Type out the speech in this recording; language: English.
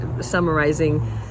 summarizing